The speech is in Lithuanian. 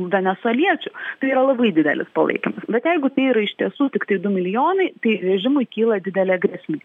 venesueliečių tai yra labai didelis palaikymas bet jeigu tai yra iš tiesų tiktai du milijonai tai režimui kyla didelė grėsmė